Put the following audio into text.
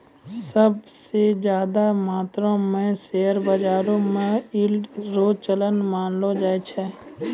सब स ज्यादा मात्रो म शेयर बाजारो म यील्ड रो चलन मानलो जाय छै